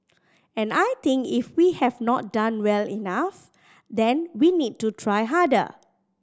and I think if we have not done well enough then we need to try harder